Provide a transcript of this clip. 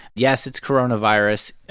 yes, it's coronavirus.